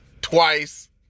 twice